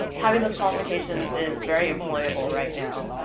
having those qualifications is very employable right now.